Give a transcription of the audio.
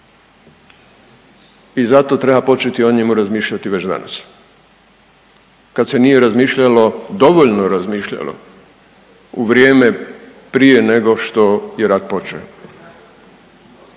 i zato treba početi o njemu razmišljati već danas, kad se nije razmišljalo, dovoljno razmišljalo u vrijeme prije nego što je rat počeo.